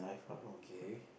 okay